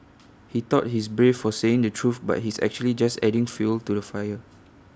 he thought he's brave for saying the truth but he's actually just adding fuel to the fire